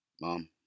Mom